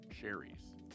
cherries